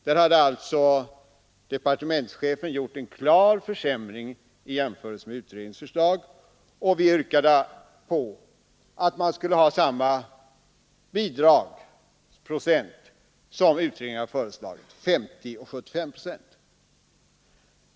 Där hade alltså departementschefen gjort en klar försämring i jämförelse med utredningens förslag, och vi motionärer yrkade på att samma bidragsprocent skulle gälla som utredningen föreslagit, nämligen 50 respektive 75 procent.